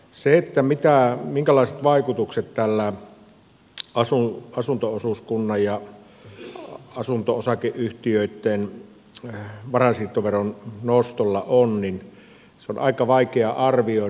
se minkälaiset vaikutukset tällä asunto osuuskunnan ja asunto osakeyhtiöitten varainsiirtoveron nostolla on on aika vaikea arvioida